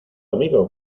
amigo